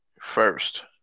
first